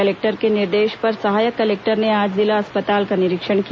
collector के निर्देश पर सहायक कलेक्टर ने आज जिला अस्पताल का निरीक्षण किया